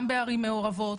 גם בערים מעורבות,